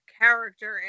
character